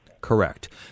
correct